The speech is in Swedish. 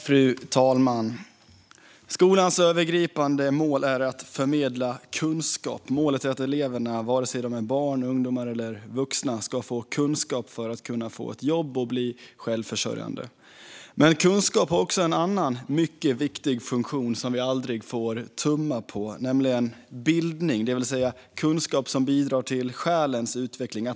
Fru talman! Skolans övergripande mål är att förmedla kunskap. Målet är att eleverna, vare sig de är barn, ungdomar eller vuxna, ska få kunskap för att kunna få jobb och bli självförsörjande. Men kunskap har också en annan mycket viktig funktion som vi aldrig får tumma på, nämligen bildning. Kunskap bidrar till själens utveckling.